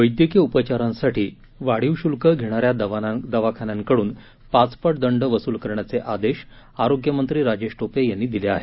वैद्यकीय उपचारांसाठी वाढीव शुल्क घेणाऱ्या दवाखान्यांकडून पाचपट दंड वसूल करण्याचे आदेश आरोग्य मंत्री राजेश टोपे यांनी दिले आहेत